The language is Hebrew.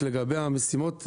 לגבי המשימות,